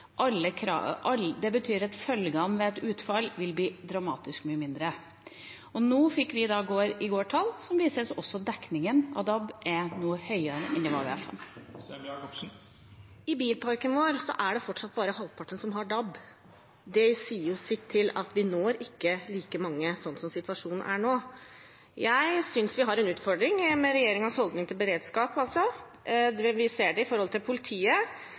Det betyr at følgene ved et utfall vil bli dramatisk mye mindre. Og i går fikk vi tall som viser at dekningen nå er høyere med DAB enn den var med FM. I bilparken vår er det fortsatt bare halvparten som har DAB. Det sier jo sitt om at vi ikke når like mange sånn situasjonen er nå. Jeg synes vi har en utfordring med regjeringens holdning til beredskap. Vi ser det når det gjelder politiet, Heimevernet svekkes, og nå går man altså løs på ambulanseberedskapen rundt omkring. Jeg trenger ikke ramse opp kritikken til